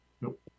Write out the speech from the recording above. Nope